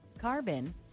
carbon